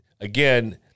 again